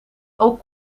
ook